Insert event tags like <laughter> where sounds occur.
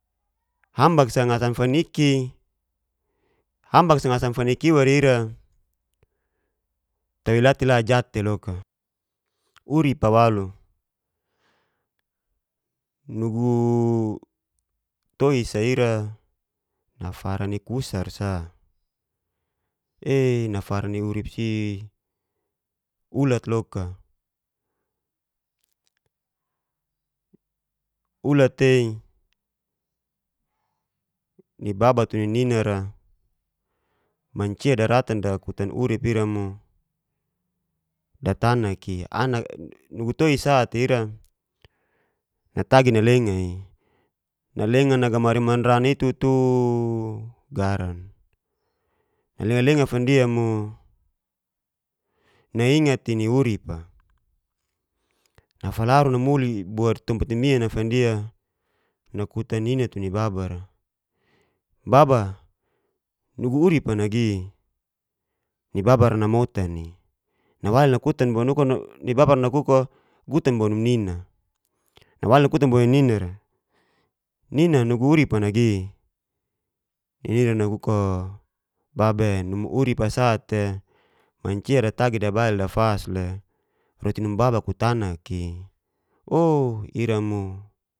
Hambak sa ngasan faniki iwa rira tewei la te la jat'teloka, uripa walu, <hesitation> toi sa ira nafara ni kusar sa, eey nafara ni urip si ulat loka. Ulat tei <hesitation> nibaba tu nini'ra mancia daratan dakutan urip ira bo datanak'i <noise> nugu toi sa'te ira natagi nalenga nagamari manrani ira tutuuu garan, naleng leng fandia mo naingat'i ni urip'a nafalari namuli bo ni tompat mimian'a fandia nakutan nina tu ni baba'ra, baba nugu urip'a nagi, ni baba'ra namotan'i <unintelligible> ni nababar nakuko gutan bo num nina, nawli kakutan bo ni ninara, nina nugu uripa nagi, ni nina nakuk'o babae unu urup'a sa'te mancia datagi dabail da fas le roti nun baba kutanak'i, woo ira mo.